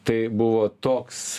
tai buvo toks